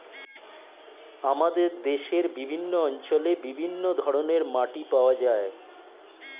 আমাদের দেশের বিভিন্ন অঞ্চলে বিভিন্ন ধরনের মাটি পাওয়া যায়